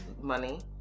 money